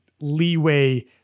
leeway